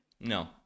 No